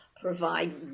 provide